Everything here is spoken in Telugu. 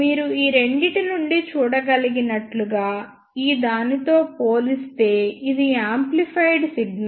మీరు ఈ రెండింటి నుండి చూడగలిగినట్లుగా ఈ దానితో పోలిస్తే ఇది యాంప్లిఫైఎడ్ సిగ్నల్